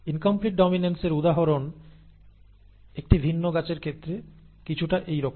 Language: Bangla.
ইনকমপ্লিট ডমিনেন্স এর উদাহরণ একটি ভিন্ন গাছের ক্ষেত্রে কিছুটা এইরকম